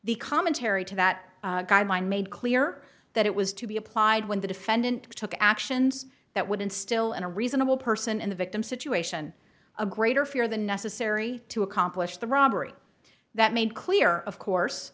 the commentary to that guideline made clear that it was to be applied when the defendant took actions that would instill in a reasonable person in the victim's situation a greater fear the necessary to accomplish the robbery that made clear of course